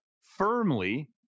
firmly